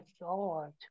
God